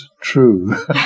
true